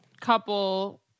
couple